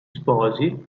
sposi